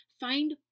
Find